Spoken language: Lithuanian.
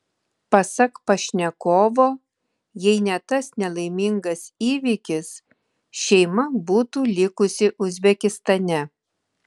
pasak pašnekovo jei ne tas nelaimingas įvykis šeima būtų likusi uzbekistane